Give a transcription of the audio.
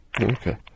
Okay